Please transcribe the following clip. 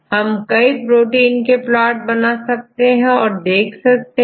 हम कई प्रोटीन के प्लॉट बना सकते हैं और देख सकते हैं की यह आपस में किन सीक्वेंस में मिल रहे हैं